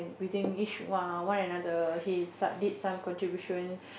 within each one one another he is he did some contribution